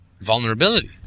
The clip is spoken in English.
vulnerability